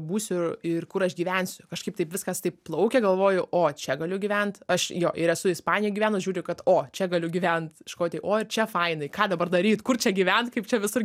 būsiu ir ir kur aš gyvensiu kažkaip taip viskas taip plaukia galvoju o čia galiu gyvent aš jo ir esu ispanijoj gyvenus žiūriu kad o čia galiu gyvent škotijoj o ir čia fainai ką dabar daryt kur čia gyvent kaip čia visur